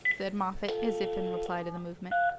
said moffatt, as if in reply to the movement,